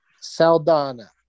Saldana